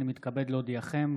אני מתכבד להודיעכם,